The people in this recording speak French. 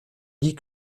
lit